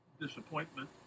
disappointment